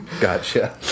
Gotcha